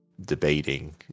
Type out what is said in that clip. Debating